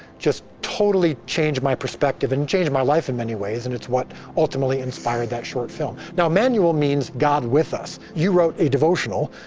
just totally changed my perspective and changed my life in many ways, and it's what ultimately inspired that short film. now, emmanuel means, god with us. you wrote a devotional,